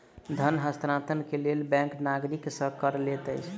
धन हस्तांतरण के लेल बैंक नागरिक सॅ कर लैत अछि